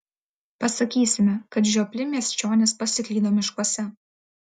pasakysime kad žiopli miesčionys pasiklydo miškuose